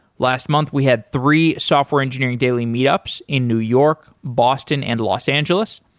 last month, we had three software engineering daily meetups in new york, boston and los angeles.